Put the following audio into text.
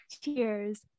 cheers